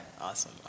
Awesome